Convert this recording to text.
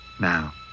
Now